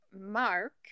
Mark